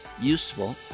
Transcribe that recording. useful